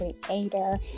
Creator